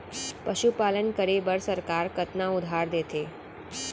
पशुपालन करे बर सरकार कतना उधार देथे?